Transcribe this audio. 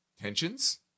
tensions